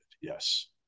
Yes